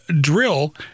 drill –